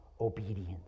obedience